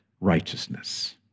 righteousness